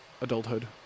adulthood